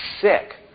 sick